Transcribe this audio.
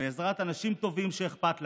בעזרת אנשים טובים שאכפת להם,